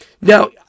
Now